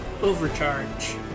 overcharge